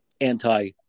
anti